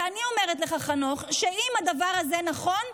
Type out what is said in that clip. ואני אומרת לך, חנוך, אם הדבר הזה נכון,